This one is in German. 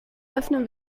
öffnen